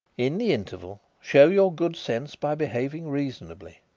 in the interval show your good sense by behaving reasonably.